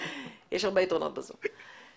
יש הרבה יתרונות ב-זום.